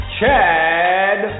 Chad